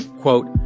Quote